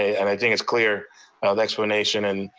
i mean think it's clear, the explanation, and,